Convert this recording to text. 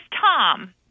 Tom